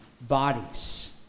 bodies